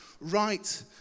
right